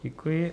Děkuji.